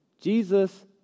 Jesus